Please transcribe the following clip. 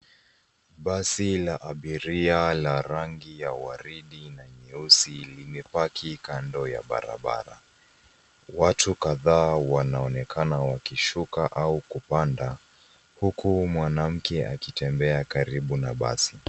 Basi la abiria la rangi ya waridi na nyeusi limepaki kando. Watu kadhaa wanaonekana wakishuka au kuoanda huku mwanamke akitembea karibu na basi.